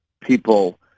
people